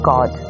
God